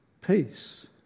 Peace